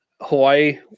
Hawaii